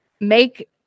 make